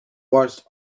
watched